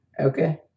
okay